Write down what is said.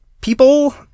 people